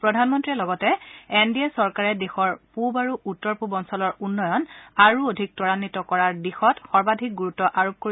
প্ৰধানমন্ত্ৰীয়ে লগতে কয় যে এন ডি এ চৰকাৰে দেশৰ পূব আৰু উত্তৰ পূব অঞ্চলৰ উন্নয়ন আৰু অধিক ত্বৰাঘ্বিত কৰাৰ দিশত অধিক গুৰুত্ব আৰোপ কৰিছে